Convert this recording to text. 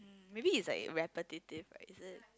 maybe it's like repetitive right is it